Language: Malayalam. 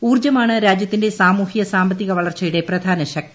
ഉൌർജ്ജമാണ് രാജ്യത്തിന്റെ സാമൂഹ്യ സാമ്പത്തിക വളർച്ചയുടെ പ്രധാന ശക്തി